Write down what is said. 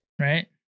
right